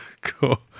Cool